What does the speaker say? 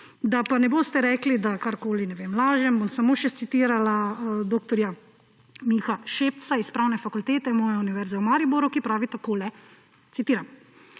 Da pa ne boste rekli, da karkoli lažemo, bom samo še citirala dr. Miha Šepca s pravne fakultete moje Univerze v Mariboru, ki pravi takole. Citiram.